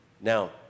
Now